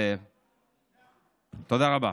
תודה רבה.